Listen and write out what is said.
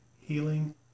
healing